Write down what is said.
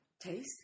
taste